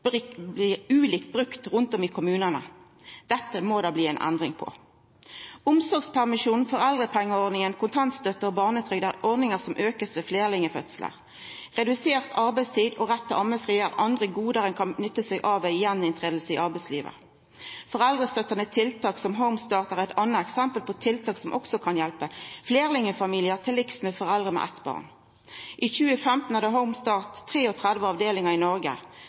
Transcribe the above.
lovverket blir ulikt brukt rundt om i kommunane. Dette må det bli ei endring på. Omsorgspermisjon, foreldrepengeordninga, kontantstøtte og barnetrygd er ordningar som blir utvida ved fleirlingfødslar. Redusert arbeidstid og rett til ammefri er andre gode ein kan nytta seg av når ein går tilbake igjen til arbeidslivet. Foreldrestøttande tiltak som Home-Start er eit anna eksempel på tiltak som også kan hjelpa fleirlingfamiliar til liks med foreldre med eitt barn. I 2015 hadde Home-Start 33 avdelingar i Noreg